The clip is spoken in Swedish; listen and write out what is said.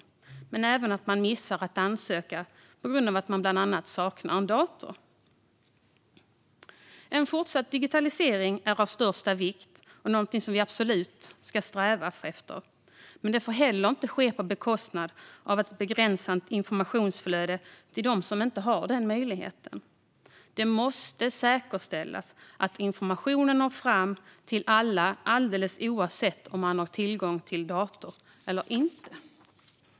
Men det handlar även om att man missar att ansöka, bland annat på grund av att man saknar dator. En fortsatt digitalisering är av största vikt och någonting som vi absolut ska sträva efter, men den får inte ske på bekostnad av ett begränsat informationsflöde till dem som inte har denna möjlighet. Det måste säkerställas att informationen når fram till alla, alldeles oavsett om man har tillgång till en dator eller inte.